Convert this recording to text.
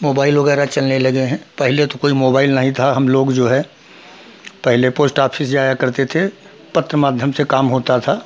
mobile वगैरह चलने लगे हैं पहले तो कोई मोबाइल नहीं था हम लोग जो है पहले पोस्ट ऑफिस जाया करते थे पत्र माध्यम से काम होता था